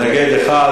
מתנגד אחד.